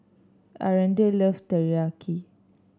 Aretha love Teriyaki